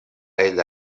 ella